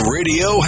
Radio